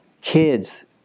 kids